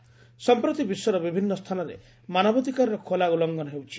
' ସଂପ୍ରତି ବିଶ୍ୱର ବିଭିନ୍ ସ୍ରାନରେ ମାନବାଧିକାରର ଖୋଲା ଉଲ୍ଲଘନ ହେଉଛି